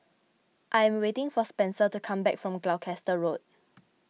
I am waiting for Spenser to come back from Gloucester Road